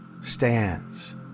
stands